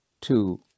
two